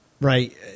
Right